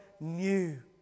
new